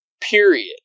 Period